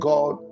God